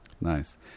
Nice